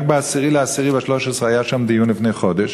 רק ב-10 באוקטובר 2013 היה שם דיון, לפני חודש.